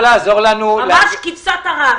ממש כבשת הרש.